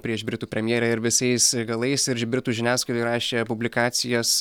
prieš britų premjerę ir visais galais ir britų žiniasklaidoj rašė publikacijas